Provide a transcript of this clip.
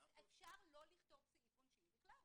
אז אפשר לא לכתוב סעיף עונשין בכלל,